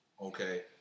Okay